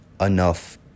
enough